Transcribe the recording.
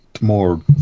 more